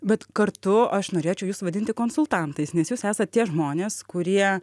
bet kartu aš norėčiau jus vadinti konsultantais nes jūs esat tie žmonės kurie